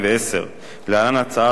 הצעת חוק המדיניות הכלכלית.